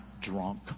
drunk